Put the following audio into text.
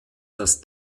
das